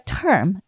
term